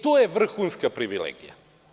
To je vrhunska privilegija.